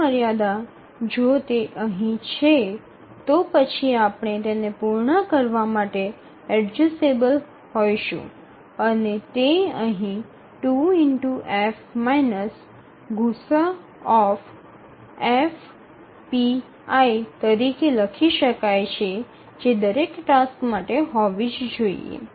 સમયમર્યાદા જો તે અહીં છે તો પછી આપણે તેને પૂર્ણ કરવા માટે એડજસ્ટેબલ હોઈશું અને તે અહીં 2F ગુસાઅF pi તરીકે લખી શકાય છે જે દરેક ટાસ્ક માટે હોવી જ જોઇએ